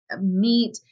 meat